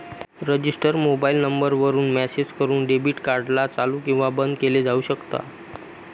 register mobile number वरून message करून debit card ला चालू किंवा बंद केलं जाऊ शकता